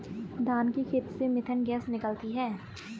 धान के खेत से मीथेन गैस निकलती है